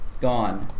gone